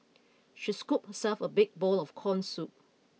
she scooped herself a big bowl of corn soup